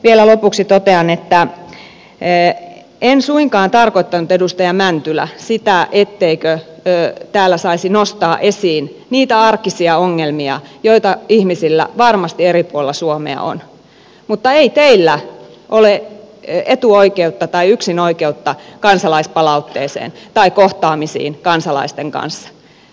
vielä lopuksi totean että en suinkaan tarkoittanut edustaja mäntylä sitä etteikö täällä saisi nostaa esiin niitä arkisia ongelmia joita ihmisillä varmasti eri puolilla suomea on mutta ei teillä ole yksinoikeutta kansalaispalautteeseen tai kohtaamisiin kansalaisten kanssa